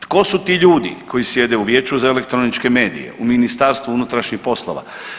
Tko su ti ljudi koji sjede u Vijeću za elektroničke medije u Ministarstvu unutrašnjih poslova?